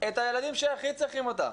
את הילדים שהכי צריכים אותה.